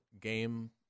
game